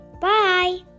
Bye